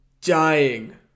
dying